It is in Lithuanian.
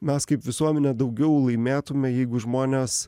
mes kaip visuomenė daugiau laimėtume jeigu žmonės